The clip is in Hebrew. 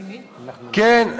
כן.